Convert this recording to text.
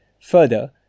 Further